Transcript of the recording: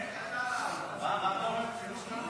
חינוך גם יעזור לנו.